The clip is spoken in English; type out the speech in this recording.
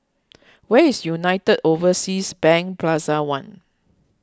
where is United Overseas Bank Plaza one